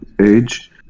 age